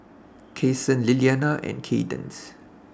Kason Lillianna and Kaydence